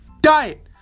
diet